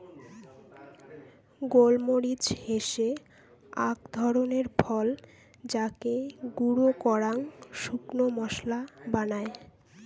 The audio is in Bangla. গোল মরিচ হসে আক ধরণের ফল যাকে গুঁড়ো করাং শুকনো মশলা বানায়